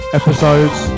episodes